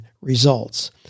results